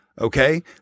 Okay